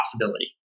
possibility